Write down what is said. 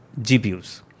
GPUs